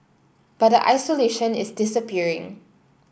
but the isolation is disappearing